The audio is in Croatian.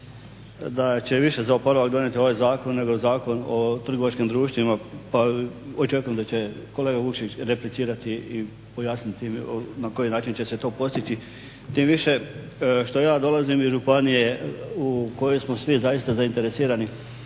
da će više za oporavak donijeti ovaj zakon nego Zakon o trgovačkim društvima pa očekujem da će kolega Vukšić replicirati i pojasniti na koji način će se to postići tim više što ja dolazim iz županije u kojoj smo svi zaista zainteresirani